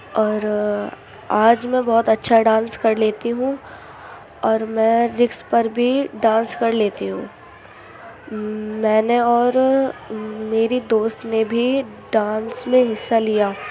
اور آج میں بہت اچھا ڈانس کر لیتی ہوں اور میں رکس پر بھی ڈانس کر لیتی ہوں میں نے اور میری دوست نے بھی ڈانس میں حصہ لیا